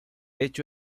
hecho